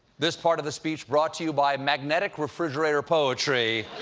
this part of the speech brought to you by magnetic refrigerator poetry.